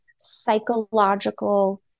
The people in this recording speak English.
psychological